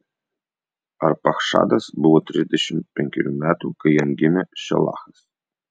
arpachšadas buvo trisdešimt penkerių metų kai jam gimė šelachas